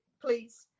Please